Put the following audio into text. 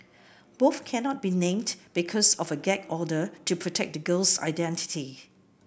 both cannot be named because of a gag order to protect the girl's identity